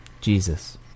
Jesus